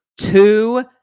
Two